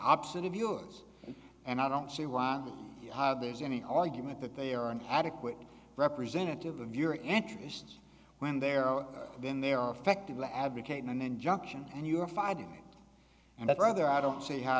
opposite of yours and i don't see why there's any argument that they are an adequate representative of your interests when there are been there are effectively advocating an injunction and you're fighting me and i'd rather i don't see